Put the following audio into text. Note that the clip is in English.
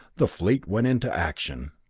the fleet went into action.